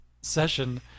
session